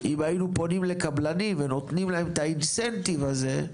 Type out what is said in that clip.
אם היינו פונים לקבלנים ונותנים להם את ה-incentive הזה,